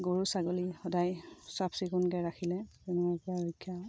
গৰু ছাগলী সদায় চাফ চিকুণকৈ ৰাখিলে বেমাৰৰপৰা ৰক্ষা হয়